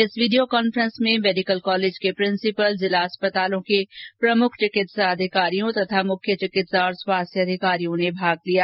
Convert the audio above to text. इस video conference में medical college के प्रिंसिपल जिला अस्पतालों के प्रमुख चिकित्सा अधिकारियों तथा मुख्य चिकित्सा और स्वास्थ्य अधिकारियों ने भाग लिया